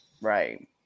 Right